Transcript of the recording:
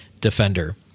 defender